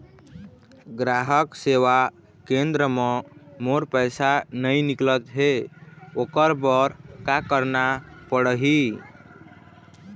ग्राहक सेवा केंद्र म मोर पैसा नई निकलत हे, ओकर बर का करना पढ़हि?